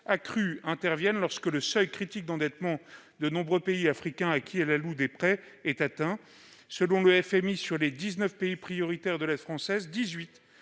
accrue soit de mise, alors que le seuil critique d'endettement de nombreux pays africains auxquels elle alloue des prêts est atteint. Selon le FMI, sur les dix-neuf pays prioritaires de l'aide française,